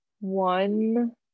one